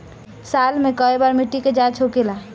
साल मे केए बार मिट्टी के जाँच होखेला?